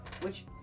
which-